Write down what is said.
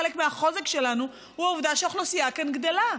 חלק מהחוזק שלנו הוא העובדה שהאוכלוסייה כאן גדלה,